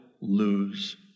lose